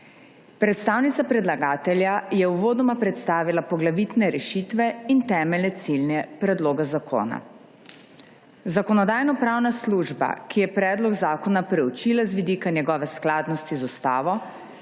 Predstavnica predlagatelja je uvodoma predstavila poglavitne rešitve in temeljne cilje predlog zakona. Zakonodajno-pravna služba, ki je predlog zakona preučila z vidika njegove skladnosti z ustavo,